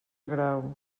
grau